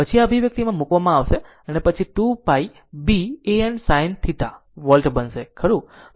પછી તે આ અભિવ્યક્તિમાં મૂકવામાં આવશે પછી તે 2 π B a n sin θ volt બનશે ખરું